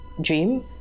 dream